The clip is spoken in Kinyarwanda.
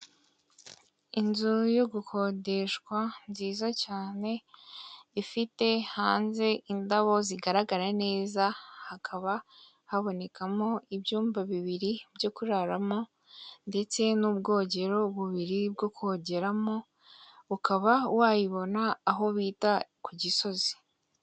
Inzu yo gukodeshwa nziza cyane, ifite hanze indabo zigaragara neza, hakaba habonekamo ibyumba bibiri byo kuraramo, ndetse n'ubwogero bubiri bwo kogeramo ukaba wayibona aho bita ku Gisozi.